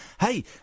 Hey